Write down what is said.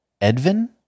Edvin